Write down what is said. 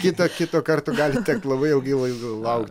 kitą kito karto gali tekti labai ilgai laukt